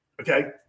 Okay